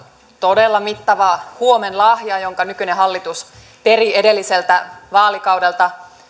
todella mittava huomenlahja jonka nykyinen hallitus peri edelliseltä vaalikaudelta